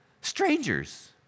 strangers